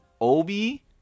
Obi